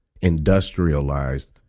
industrialized